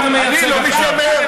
אתה מתיימר ליישם אותו,